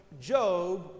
Job